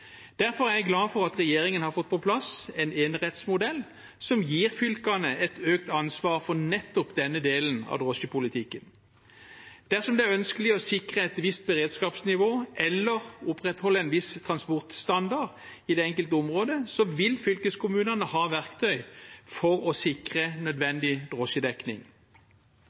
Derfor er jeg glad for at regjeringen har fått på plass en enerettsmodell som gir fylkene et økt ansvar for nettopp denne delen av drosjepolitikken. Dersom det er ønskelig å sikre et visst beredskapsnivå eller opprettholde en viss transportstandard i det enkelte området, vil fylkeskommunene ha verktøy for å sikre nødvendig drosjedekning.